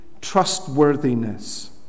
trustworthiness